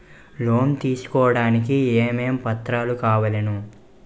Loan తీసుకోడానికి ఏమేం పత్రాలు కావలెను?